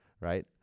right